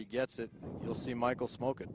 he gets it you'll see michael smok